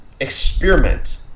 Experiment